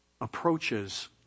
approaches